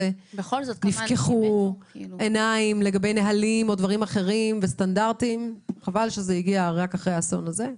נפקחו עיניים לגבי נהלים וסטנדרטים אחרים,